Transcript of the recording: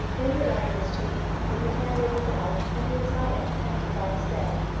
in the dark of his chamber, when the candle was out, and he was not yet protected by his bed,